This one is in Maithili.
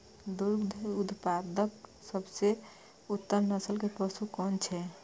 दुग्ध उत्पादक सबसे उत्तम नस्ल के पशु कुन छै?